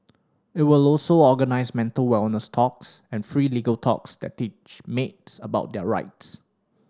it will also organise mental wellness talks and free legal talks that teach maids about their rights